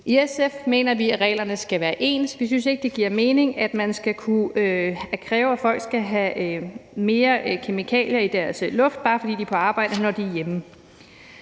I SF mener vi, at reglerne skal være ens. Vi synes ikke, det giver mening, at man skal kunne kræve, at folk skal have flere kemikalier i deres luft, bare fordi de er på arbejde, end når de er hjemme.